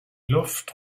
luft